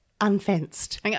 Unfenced